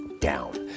down